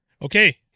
Okay